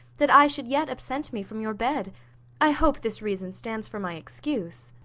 that i should yet absent me from your bed i hope this reason stands for my excuse.